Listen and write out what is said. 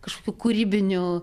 kažkokių kūrybinių